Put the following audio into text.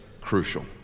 crucial